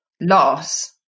loss